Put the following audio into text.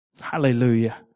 Hallelujah